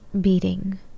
Beating